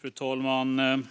Fru talman!